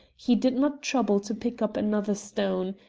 he did not trouble to pick up another stone.